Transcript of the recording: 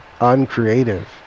uncreative